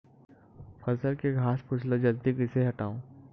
फसल के घासफुस ल जल्दी कइसे हटाव?